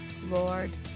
lord